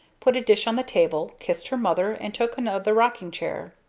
put a dish on the table, kissed her mother and took another rocking-chair.